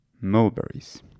mulberries